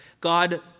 God